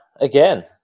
again